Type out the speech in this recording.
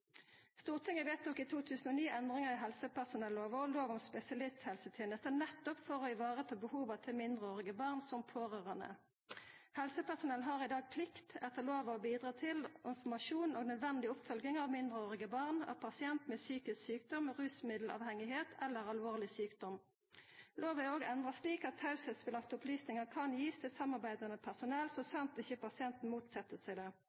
Stortinget vedtok i 2009 endringar i helsepersonellova og lov om spesialisthelsetenester nettopp for å vareta behovet til mindreårige barn som pårørande. Helsepersonell har i dag plikt etter lova å bidra til informasjon og nødvendig oppfølging av mindreårige barn av pasient med psykisk sjukdom, rusmiddelavhengigheit eller alvorleg sjukdom. Lova er òg endra slik at teiepliktige opplysningar kan gis til samarbeidande personell så sant ikkje pasienten set seg imot det.